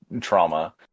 trauma